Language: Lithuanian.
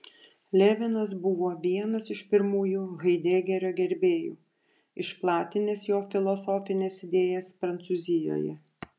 levinas buvo vienas iš pirmųjų haidegerio gerbėjų išplatinęs jo filosofines idėjas prancūzijoje